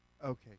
Okay